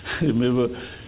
remember